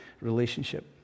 relationship